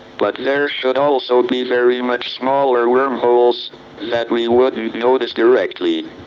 but there should also be very much smaller wormholes that we wouldn't notice directly.